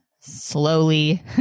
slowly